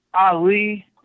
Ali